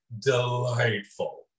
delightful